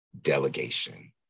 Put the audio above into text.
delegation